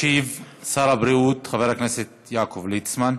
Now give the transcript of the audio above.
ישיב שר הבריאות חבר הכנסת יעקב ליצמן.